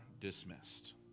dismissed